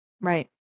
Right